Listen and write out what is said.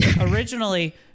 originally